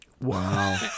Wow